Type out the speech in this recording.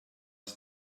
ist